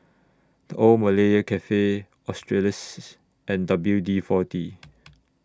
The Old Malaya Cafe Australis and W D forty